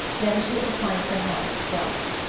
then she inclines her head twice.